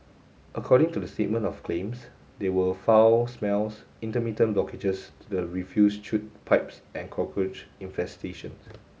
according to the statement of claims they were foul smells intermittent blockages to the refuse chute pipes and cockroach infestations